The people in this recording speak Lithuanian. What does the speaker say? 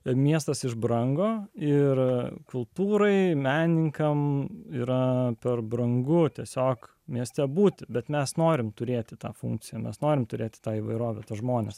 miestas iš brango ir kultūrai menininkams yra per brangu tiesiog mieste būti bet mes norime turėti tą funkciją mes norime turėti tą įvairovę tuos žmones